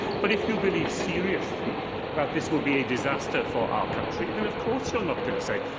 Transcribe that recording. but, if you believe seriously that this will be a disaster for our country, then of course you're not going to say,